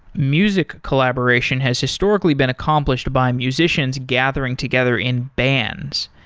music collaboration has historically been accomplished by musicians gathering together in bands.